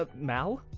ah mal?